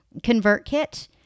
ConvertKit